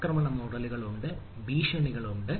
ആക്രമണ മോഡലുകൾ ഉണ്ട് ഭീഷണികളുണ്ട്